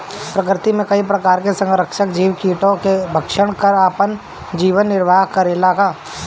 प्रकृति मे कई प्रकार के संहारक जीव कीटो के भक्षन कर आपन जीवन निरवाह करेला का?